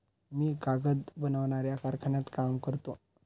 मी कागद बनवणाऱ्या कारखान्यात काम करतो